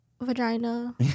Vagina